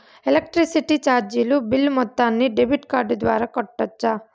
Electricity చార్జీలు bill మొత్తాన్ని debit card ద్వారా కట్టొచ్చా?